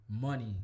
money